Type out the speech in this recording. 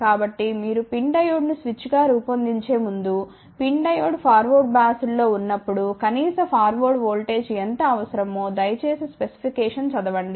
కాబట్టి మీరు PIN డయోడ్ను స్విచ్గా రూపొందించే ముందుPIN డయోడ్ ఫార్వర్డ్ బయాస్డ్ లో ఉన్నప్పుడు కనీస ఫార్వర్డ్ ఓల్టేజ్ ఎంత అవసరమో దయచేసి స్పెసిఫికేషన్ చదవండి